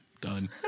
Done